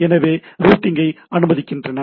எனவே ரூட்டிங்கை அனுமதிக்கின்றன